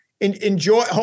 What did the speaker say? enjoy